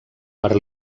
per